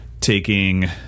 taking